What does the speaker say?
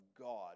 God